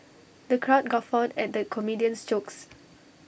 the crowd guffawed at the comedian's jokes